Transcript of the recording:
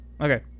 Okay